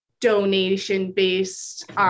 donation-based